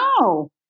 No